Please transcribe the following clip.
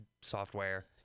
software